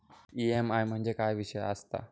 EMI म्हणजे काय विषय आसता?